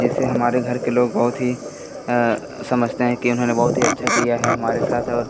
जैसे हमारे घर के लोग बहुत ही समझते हैं कि उन्होंने बहुत ही अच्छा किया है हमारे साथ और